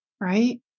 right